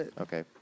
Okay